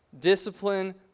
discipline